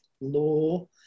law